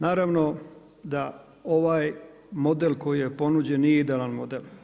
Naravno, da ovaj model koji je ponuđen, nije idealan model.